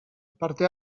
parte